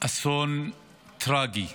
אסון טרגי,